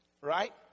right